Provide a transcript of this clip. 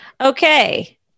Okay